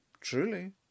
Truly